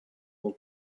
will